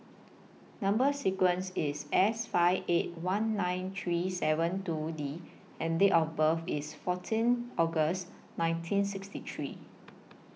Number sequence IS S five eight one nine three seven two D and Date of birth IS fourteen August nineteen sixty three